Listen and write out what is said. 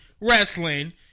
wrestling